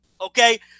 okay